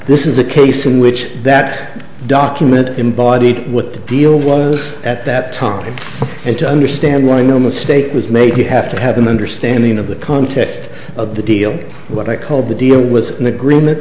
this is a case in which that document embodied what the deal was at that time and to understand why no mistake was made you have to have an understanding of the context of the deal what i called the deal was an agreement